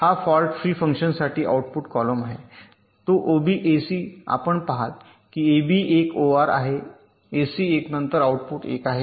हा fault free फंक्शनसाठी output column आहे तो ओबी एसी आहे आपण पहाल की एबी 1 ओआर आहे एसी 1 नंतर आउटपुट 1 आहे